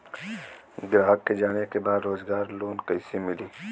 ग्राहक के जाने के बा रोजगार लोन कईसे मिली?